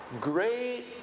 Great